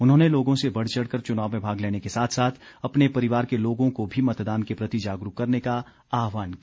उन्होंने लोगों से बढ़चढ़ कर चुनाव में भाग लेने के साथ साथ अपने परिवार के लोगों को भी मतदान के प्रति जागरूक करने का आहवान किया